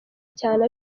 cyane